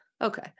Okay